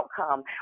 outcome